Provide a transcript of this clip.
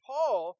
Paul